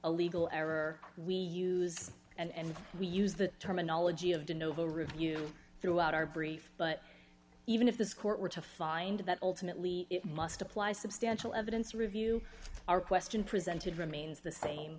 a legal error we use and we use the terminology of de novo review throughout our brief but even if this court were to find that ultimately it must apply substantial evidence review our question presented remains the same